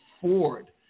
Ford